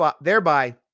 thereby